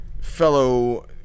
fellow